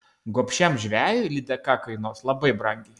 gobšiam žvejui lydeka kainuos labai brangiai